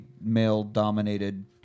male-dominated